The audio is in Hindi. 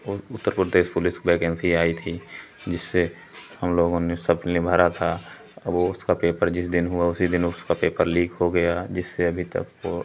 उ उत्तर प्रदेश पुलिस की वैकेन्सी आई थी जिससे हम लोगों ने सपली मारा था अब वह उसका पेपर जिस दिन हुआ उसी दिन उसका पेपर लीक हो गया जिससे अभी तक वह